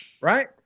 right